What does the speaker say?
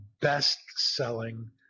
best-selling